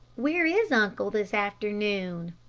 where is uncle this afternoon?